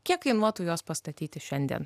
kiek kainuotų juos pastatyti šiandien